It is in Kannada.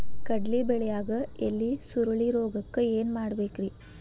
ಕಡ್ಲಿ ಬೆಳಿಯಾಗ ಎಲಿ ಸುರುಳಿರೋಗಕ್ಕ ಏನ್ ಮಾಡಬೇಕ್ರಿ?